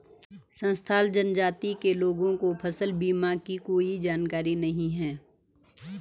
संथाल जनजाति के लोगों को फसल बीमा की कोई जानकारी नहीं है